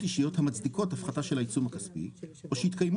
אישיות המצדיקות הפחתה של העיצום הכספי או שהתקיימו